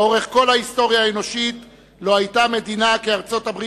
לאורך כל ההיסטוריה האנושית לא היתה מדינה כארצות-הברית